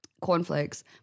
cornflakes